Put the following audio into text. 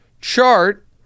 Chart